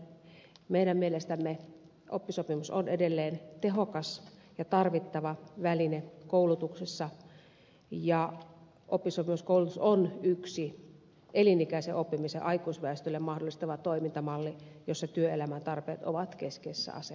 meidän mielestämme oppisopimus on edelleen tehokas ja tarvittava väline koulutuksessa ja oppisopimuskoulutus on yksi elinikäisen oppimisen aikuisväestölle mahdollistava toimintamalli jossa työelämän tarpeet ovat keskeisessä asemassa